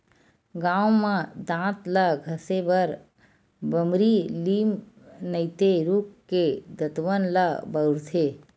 गाँव म दांत ल घसे बर बमरी, लीम नइते रूख के दतवन ल बउरथे